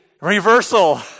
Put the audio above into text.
reversal